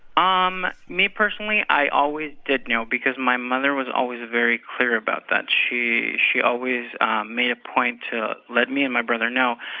um me, personally, i always did know because my mother was always very clear about that. she she always made a point to let me and my brother know,